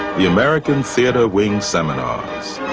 the american theatre wing's seminars